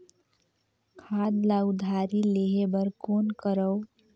खाद ल उधारी लेहे बर कौन करव?